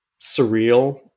surreal